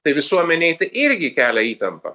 tai visuomenei tai irgi kelia įtampą